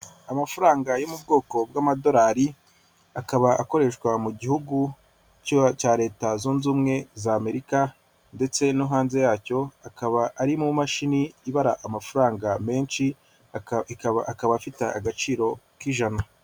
Amafaranga yo mu bwoko bw'amadolari akaba akoreshwa mu gihugu cya leta zunze ubumwe za Amerika ndetse no hanze yacyo akaba ari mu mashini ibara amafaranga menshi akaba afite agaciro k'ijana.